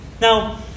Now